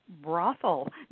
brothel